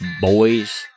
boys